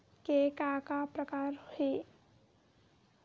के का का प्रकार हे?